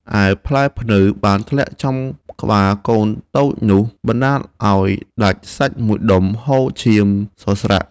ឯផ្លែព្នៅ បានធ្លាក់ត្រូវចំក្បាលកូនតូចនោះ បណ្តាលឱ្យដាច់សាច់មួយដុំ ហូរឈាមសស្រាក់។